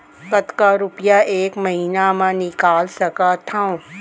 कतका रुपिया एक महीना म निकाल सकथव?